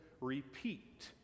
repeat